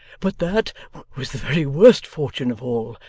but that was the very worst fortune of all,